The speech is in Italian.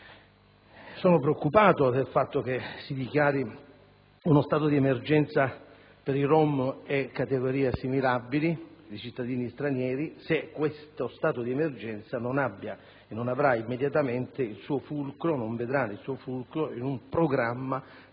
Sono preoccupato del fatto che si dichiari uno stato di emergenza per i rom e categorie assimilabili di cittadini stranieri, se questo stato di emergenza non vedrà il suo fulcro in un programma